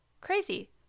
Crazy